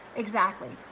exactly,